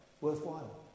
worthwhile